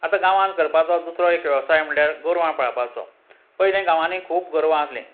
आतां गांवान करपाचो दुसरो एक वेवसाय म्हणल्यार गोरवां पाळपाचो पयलीं गांवांनी खूब गोरवां आसलीं